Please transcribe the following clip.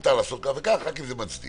שמותר לעשות כך וכך רק אם זה מצדיק.